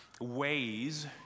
ways